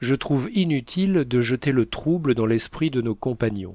je trouve inutile de jeter le trouble dans l'esprit de nos compagnons